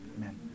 Amen